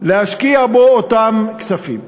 השקעת אותם כספים.